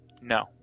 No